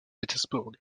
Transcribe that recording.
pétersbourg